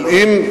אבל אם,